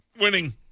Winning